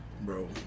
Bro